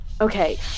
Okay